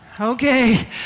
Okay